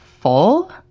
full